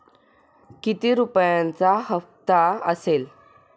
किती रुपयांचा हप्ता असेल?